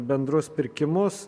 bendrus pirkimus